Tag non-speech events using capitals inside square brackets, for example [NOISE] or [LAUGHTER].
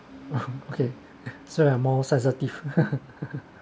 okay so you are more sensitive [LAUGHS]